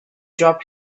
dropped